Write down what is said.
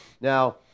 Now